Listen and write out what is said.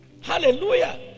Hallelujah